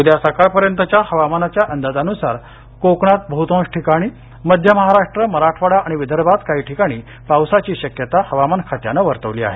उद्या सकाळ पर्यंतच्या हवामानाच्या अंदाजानुसार कोकणात बहुतांश ठिकाणी मध्यमहाराष्ट्र मराठवाडा आणि विदर्भात काही ठिकाणी पावसाची शक्यता हवामान खात्यानं वर्तवली आहे